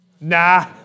Nah